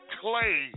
clay